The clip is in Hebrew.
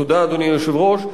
תודה, אדוני היושב-ראש,